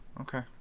Okay